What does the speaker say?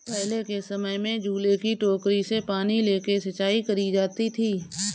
पहले के समय में झूले की टोकरी से पानी लेके सिंचाई करी जाती थी